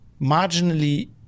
marginally